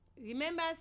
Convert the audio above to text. Remember